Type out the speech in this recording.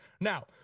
Now